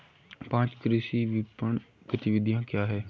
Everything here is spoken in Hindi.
पाँच कृषि विपणन गतिविधियाँ क्या हैं?